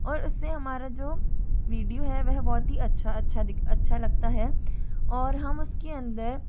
और उससे हमारा जो वीडियो है वह बहुत ही अच्छा अच्छा दिख अच्छा लगता है और हम उसके अंदर